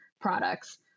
products